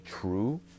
true